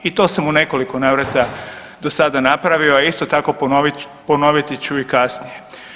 I to sam u nekoliko navrata do sada napravio, a isto tako ponoviti ću i kasnije.